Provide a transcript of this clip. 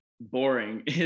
boring